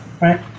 right